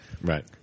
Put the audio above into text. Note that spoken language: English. Right